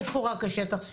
איפה רק השטח?